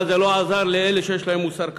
אבל זה לא עזר אצל אלה שיש להם מוסר כפול.